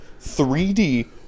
3D